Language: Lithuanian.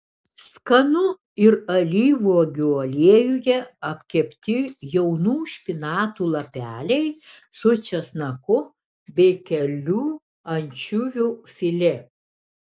skanu ir alyvuogių aliejuje apkepti jaunų špinatų lapeliai su česnaku bei kelių ančiuvių filė